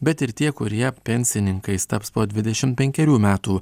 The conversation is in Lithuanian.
bet ir tie kurie pensininkais taps po dvidešim penkerių metų